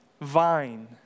vine